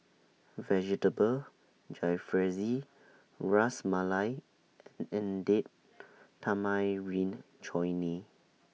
Vegetable Jalfrezi Ras Malai and Date Tamarind Chutney